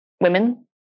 women